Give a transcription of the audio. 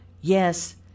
Yes